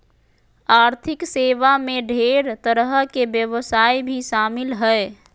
आर्थिक सेवा मे ढेर तरह के व्यवसाय भी शामिल हय